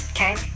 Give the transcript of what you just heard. Okay